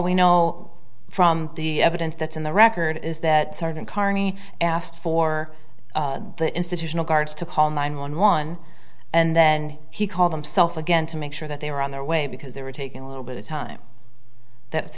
we know from the evidence that's in the record is that sergeant carney asked for the institutional guards to call nine one one and then he called himself again to make sure that they were on their way because they were taking a little bit of time that's